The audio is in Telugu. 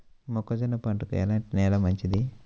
మొక్క జొన్న పంటకు ఎలాంటి నేల మంచిది?